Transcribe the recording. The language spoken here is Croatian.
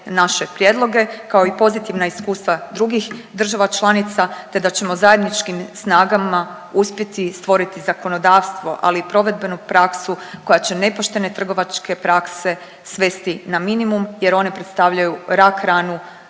naše prijedloge kao i pozitivna iskustva drugih država članica te da ćemo zajedničkim snagama uspjeti stvoriti zakonodavstvo ali i provedbenu praksu koja će nepoštene trgovačke prakse svesti na minimum jer one predstavljaju rak ranu,